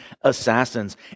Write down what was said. assassins